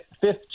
fifth